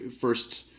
first